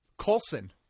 Coulson